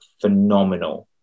phenomenal